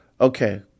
Okay